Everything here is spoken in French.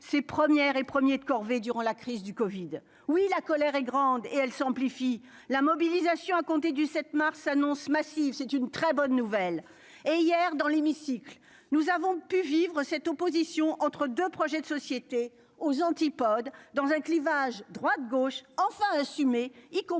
ces premières et premiers de corvée durant la crise du Covid. Oui, la colère est grande, et elle s'amplifie la mobilisation à compter du 7 mars s'annonce massive. C'est une très bonne nouvelle et hier dans l'hémicycle, nous avons pu vivre cette opposition entre 2 projets de société aux antipodes dans un clivage droite- gauche enfin assumer y compris